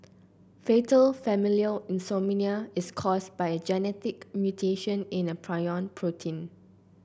fatal familial insomnia is caused by a genetic mutation in a prion protein